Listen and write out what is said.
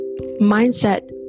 Mindset